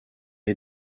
est